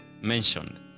mentioned